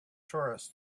tourists